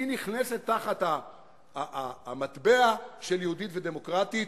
היא נכנסת תחת המטבע של "יהודית ודמוקרטית"